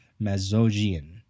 Mazogian